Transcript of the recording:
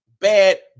bad